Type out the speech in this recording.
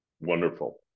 Wonderful